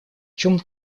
чем